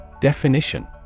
Definition